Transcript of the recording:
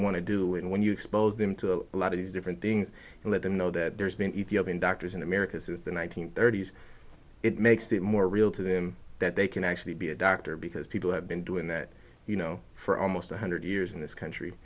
want to do and when you expose them to a lot of these different things and let them know that there's been ethiopian doctors in america's is the one nine hundred thirty s it makes it more real to them that they can actually be a doctor because people have been doing that you know for almost one hundred years in this country